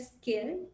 skill